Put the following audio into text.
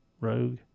Rogue